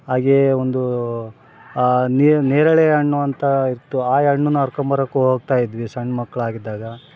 ಹಾಗೇ ಒಂದು ನೇರಳೆ ಹಣ್ಣು ಅಂತ ಇತ್ತು ಆಯ್ ಹಣ್ಣುನ್ನು ಹಾರ್ಕೋಂಬರೋಕೆ ಹೋಗ್ತಾ ಇದ್ವಿ ಸಣ್ಣ ಮಕ್ಳು ಆಗಿದ್ದಾಗ